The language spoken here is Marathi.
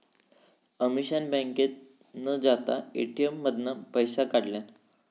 अमीषान बँकेत न जाता ए.टी.एम मधना पैशे काढल्यान